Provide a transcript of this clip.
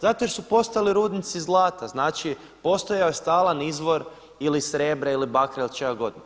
Zato jer su postojali rudnici zlata, znači postojao je stalan izvor ili srebra ili bakra ili čega god.